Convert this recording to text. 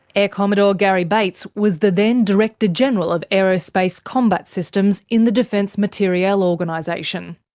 air commodore garry bates was the then director-general of aerospace combat systems in the defence materiel organisation.